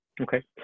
Okay